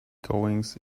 goings